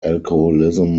alcoholism